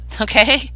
Okay